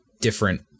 different